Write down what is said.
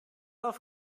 auf